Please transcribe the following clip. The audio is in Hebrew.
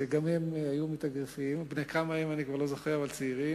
שגם הם היו מתאגרפים, אני לא כבר זוכר בני כמה הם.